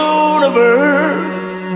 universe